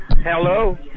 Hello